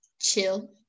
chill